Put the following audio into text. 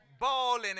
balling